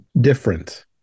different